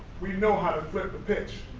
we know how to flip a pitch.